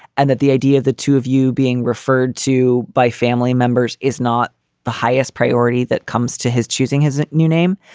and that the idea of the two of you being referred to by family members is not the highest priority that comes to his choosing his new name.